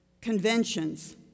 conventions